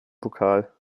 pokal